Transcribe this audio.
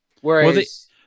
Whereas